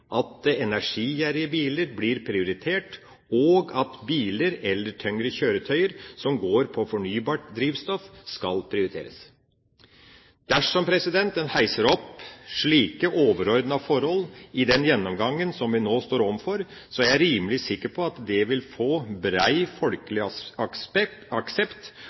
at energigjerrige biler blir prioritert, og at biler eller tyngre kjøretøy som går på fornybart drivstoff, skal prioriteres. Dersom en heiser opp slike overordnede forhold i den gjennomgangen som vi nå står overfor, er jeg rimelig sikker på at det vil få bred folkelig